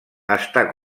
està